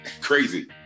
crazy